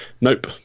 Nope